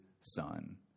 son